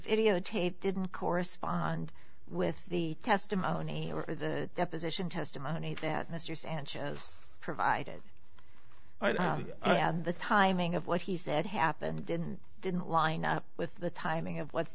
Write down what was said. videotape didn't correspond with the testimony or the deposition testimony that mr sanchez provided and the timing of what he said happened didn't didn't line up with the timing of what